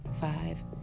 five